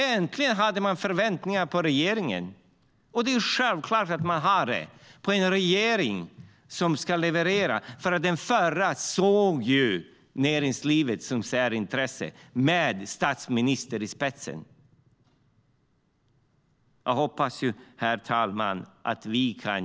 Äntligen har man förväntningar på regeringen, och det är självklart att man har på en regering som ska leverera, för den förra regeringen, med statsministerns i spetsen, såg ju näringslivet som ett särintresse.